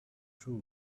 true